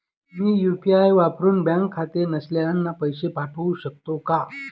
मी UPI वापरुन bank खाते नसलेल्यांना पैसे पाठवू शकते का?